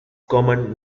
common